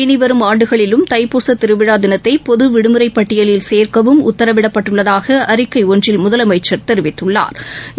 இனி வரும் ஆண்டுகளிலும் தைப்பூச திருவிழா தினத்தை பொது விடுமுறைப் பட்டியலில் சேர்க்கவும் உத்தரவிடப்பட்டுள்ளதாக அறிக்கை ஒன்றில் முதலமைச்சா் தெரிவித்துள்ளாா்